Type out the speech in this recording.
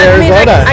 Arizona